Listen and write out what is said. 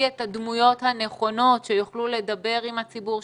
את הדמויות הנכונות שיוכלו לדבר עם הציבור,